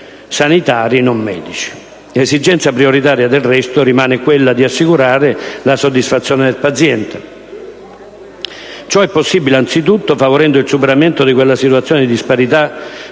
L'esigenza prioritaria, del resto, rimane quella di assicurare la soddisfazione del paziente. Ciò è possibile anzitutto favorendo il superamento della disparità